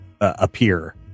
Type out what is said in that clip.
appear